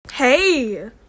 Hey